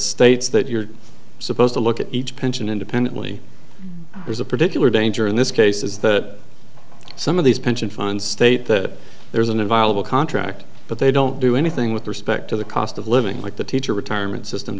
states that you're supposed to look at each pension independently there's a particular danger in this case is that some of these pension funds state that there is an inviolable contract but they don't do anything with respect to the cost of living like the teacher retirement system